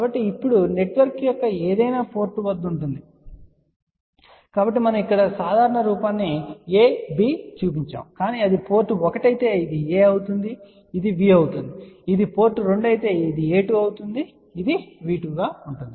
కాబట్టి ఇప్పుడు నెట్వర్క్ యొక్క ఏదైనా పోర్టు వద్ద ఉంటుంది కాబట్టి మనం ఇక్కడ సాధారణ రూపాన్ని a b చూపించాము కానీ అది పోర్ట్ 1 అయితే ఇది a అవుతుంది ఇది V అవుతుంది ఇది పోర్ట్ 2 అయితే ఇది a2 అవుతుంది మరియు ఇది V2 ఉంటుంది